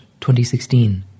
2016